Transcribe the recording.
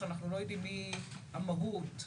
שאנחנו לא יודעים מי הם יהיו,